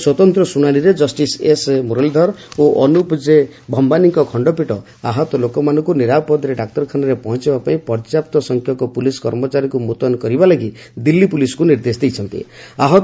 ଗତ ରାତିରେ ଏକ ସ୍ୱତନ୍ତ୍ର ଶୁଣାଶିରେ ଜଷ୍ଟିସ ଏସ୍ ମୁରଲୀଧର ଓ ଅନୁପ ଜେ ଭୟାନୀଙ୍କ ଖଣ୍ଡପୀଠ ଆହତ ଲୋକମାନଙ୍କୁ ନିରାପଦରେ ଡାକ୍ତରଖାନାରେ ପହଞ୍ଚାଇବା ପାଇଁ ପର୍ଯ୍ୟାପ୍ତ ସଂଖ୍ୟକ ପୁଲିସ କର୍ମଚାରୀଙ୍କୁ ମୁତୟନ କରିବା ଲାଗି ଦିଲ୍ଲୀ ପୁଲିସକୁ ନିର୍ଦ୍ଦେଶ ଦେଇଛନ୍ତି